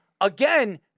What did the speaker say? again